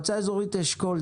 נציגת מועצה אזורית אשכול,